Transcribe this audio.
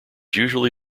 usually